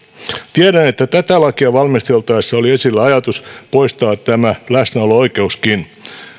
tiedän että tätä lakia valmisteltaessa oli esillä ajatus poistaa tämä läsnäolo oikeuskin